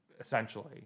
essentially